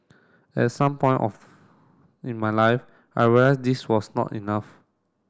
at some point of in my life I realised this was not enough